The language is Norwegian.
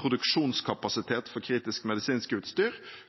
produksjonskapasitet for kritisk medisinsk utstyr,